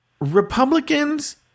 Republicans